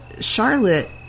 Charlotte